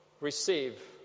receive